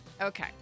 Okay